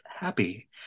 happy